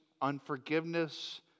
unforgiveness